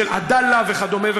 של "עדאלה" וכדומה,